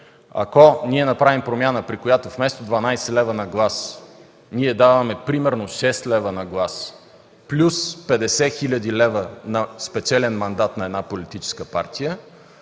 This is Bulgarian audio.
Ако ние направим промяна, при която вместо 12 лв. на глас, даваме 6 лв. на глас, плюс 50 хил. лв. на спечелен мандат на една политическа партия,